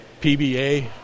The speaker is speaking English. PBA